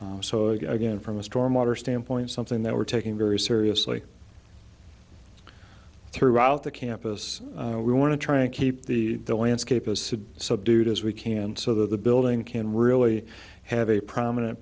f so again from a stormwater standpoint something that we're taking very seriously throughout the campus we want to try and keep the landscape was subdued as we can so that the building can really have a prominent